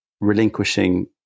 relinquishing